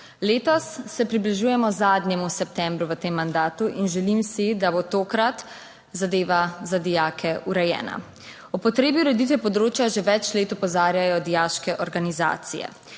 Letos se približujemo zadnjemu septembru v tem mandatu in želim si, da bo tokrat zadeva za dijake urejena. O potrebi ureditve področja že več let opozarjajo dijaške organizacije,